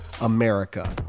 America